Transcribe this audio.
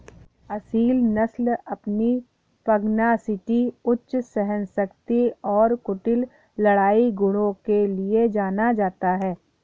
असील नस्ल अपनी पगनासिटी उच्च सहनशक्ति और कुटिल लड़ाई गुणों के लिए जाना जाता है